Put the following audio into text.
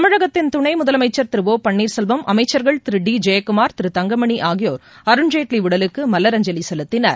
தமிழகத்தின் துணை முதலமைச்சர் திரு ஒ பன்னீர்செல்வம் அமைச்சர்கள் திரு டி ஜெயக்குமார் திரு தங்கமணி ஆகியோர் அருண் ஜேட்வி உடலுக்கு மலரஞ்சலி செலுத்தினர்